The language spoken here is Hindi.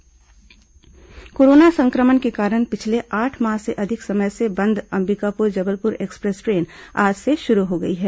ट्रेन रवानगी कोरोना संक्रमण के कारण पिछले आठ माह से अधिक समय से बंद अंबिकापुर जबलपुर एक्सप्रेस ट्रेन आज से शुरू हो गई है